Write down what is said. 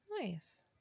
Nice